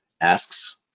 asks